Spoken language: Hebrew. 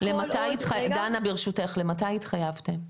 דנה ברשותך, למתי התחייבתם?